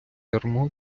ярмо